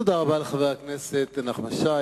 תודה רבה לחבר הכנסת נחמן שי.